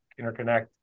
interconnect